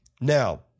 Now